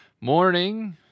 morning